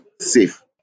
safe